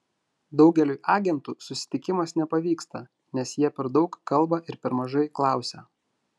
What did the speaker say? daugeliui agentų susitikimas nepavyksta nes jie per daug kalba ir per mažai klausia